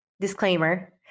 disclaimer